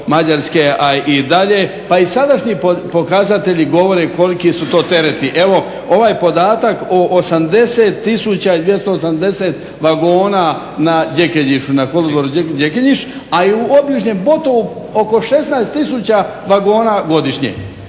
Mađarske a i dalje, pa i sadašnji pokazatelji govore koliki su to tereti. Ovaj podatak o 80 tisuća i 280 vagona na kolodvoru Gyekenyes a i u obližnjem Botovo oko 16 tisuća vagona godišnje,